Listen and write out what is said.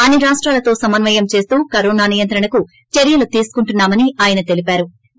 అన్ని రాష్టాలతో సమన్వయం చేస్తూ కరోనా నియంత్రణ కు చర్యలు తీస్టికుంటున్నామని ఆయన తెలిహోరు